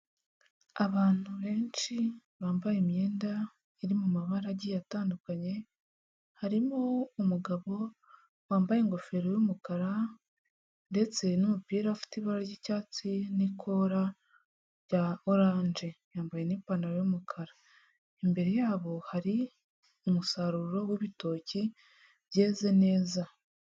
Abantu benshi bambaye imyenda iri mu mabara agiye atandukanye, harimo umugabo wambaye ingofero y'umukara ndetse n'umupira ufite ibara ry'icyatsi n'ikora rya oranje yambaye n'ipantaro y'umukara, imbere yabo hari umusaruro w'ibitoki byeze neza.